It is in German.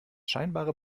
scheinbare